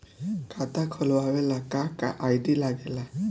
खाता खोलवावे ला का का आई.डी लागेला?